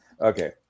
okay